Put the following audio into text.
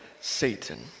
Satan